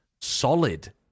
solid